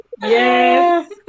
Yes